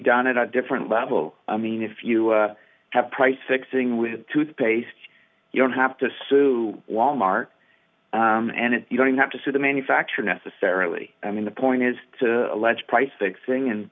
done in a different level i mean if you have price fixing with toothpaste you don't have to sue walmart and you don't even have to see the manufacturer necessarily i mean the point is to allege price fixing and